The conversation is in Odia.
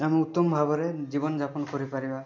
ଆମେ ଉତ୍ତମ ଭାବରେ ଜୀବନଯାପନ କରିପାରିବା